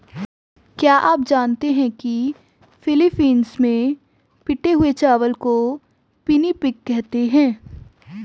क्या आप जानते हैं कि फिलीपींस में पिटे हुए चावल को पिनिपिग कहते हैं